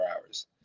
hours